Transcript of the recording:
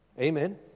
Amen